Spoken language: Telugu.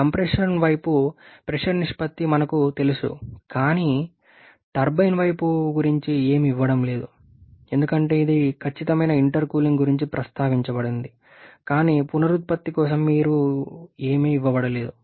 కంప్రెషన్ వైపు ప్రెషర్ నిష్పత్తి మాకు తెలుసు కానీ టర్బైన్ వైపు గురించి ఏమీ ఇవ్వలేదు ఎందుకంటే ఇది ఖచ్చితమైన ఇంటర్కూలింగ్ గురించి ప్రస్తావించబడింది కానీ పునరుత్పత్తి కోసం ఏమీ ఇవ్వబడలేదు